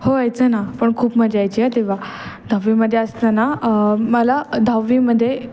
हो व्हायचं ना पण खूप मजा यायची हां तेव्हा दहावीमध्ये असताना मला दहावीमध्ये